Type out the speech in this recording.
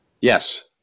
Yes